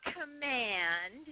command